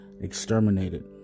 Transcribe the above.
exterminated